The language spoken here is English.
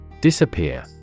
Disappear